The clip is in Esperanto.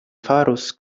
farus